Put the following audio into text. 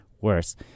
worse